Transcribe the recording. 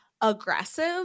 aggressive